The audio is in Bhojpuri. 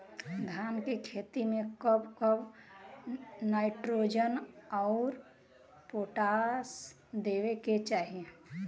धान के खेती मे कब कब नाइट्रोजन अउर पोटाश देवे के चाही?